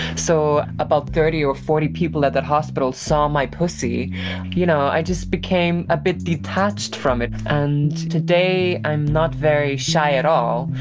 so about thirty or forty people at that hospital saw my pussy and you know i just became a bit detached from it. and today i'm not very shy at all.